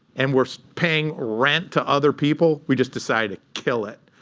and we're paying rent to other people, we just decide to kill it.